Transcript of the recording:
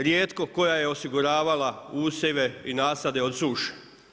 Rijetko koja je osiguravala usjeve i nasade od suše.